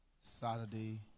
Saturday